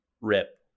rip